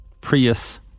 Prius